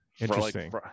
Interesting